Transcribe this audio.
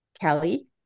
Kelly